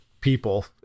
people